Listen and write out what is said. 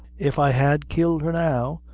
if i had killed her now,